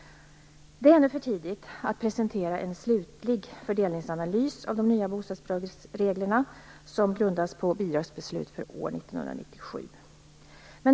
Det är ännu för tidigt att presentera en slutlig fördelningsanalys av de nya bostadsbidragsreglerna som grundas på bidragsbeslut för år 1997.